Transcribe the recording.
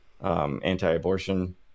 anti-abortion